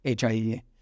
HIE